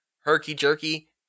herky-jerky